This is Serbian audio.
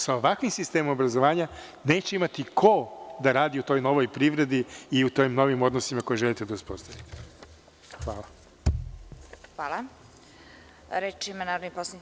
Sa ovakvim sistemom obrazovanja neće imati ko da radi u toj novoj privredi i u tim novim odnosima koje želite da uspostavite.